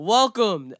Welcome